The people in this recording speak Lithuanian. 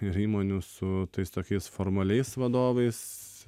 ir įmonių su tais tokiais formaliais vadovais